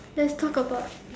let's talk about